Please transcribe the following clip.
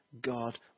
God